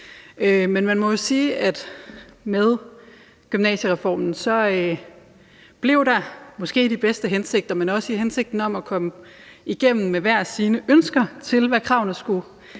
Men man må jo sige, at der med gymnasiereformen – måske med de bedste hensigter, men også med hensigten om at komme igennem med hver sine ønsker til, hvad kravene skulle